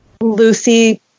Lucy